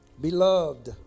beloved